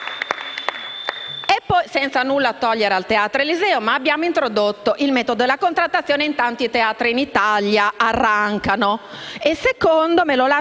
M5S)*. Senza nulla togliere al Teatro Eliseo, abbiamo introdotto il metodo della contrattazione e intanto i teatri in Italia arrancano. In secondo luogo, me lo lasci dire